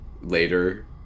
later